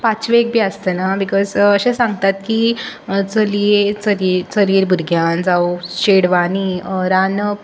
पांचवेक बी आसतना बिकाॅज अशें सांगतात की चलये चलये चलये भुरग्यान जांव चेडवांनी रांदप